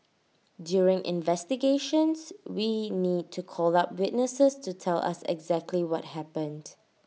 during investigations we need to call up witnesses to tell us actually happened